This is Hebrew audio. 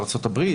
ארה"ב,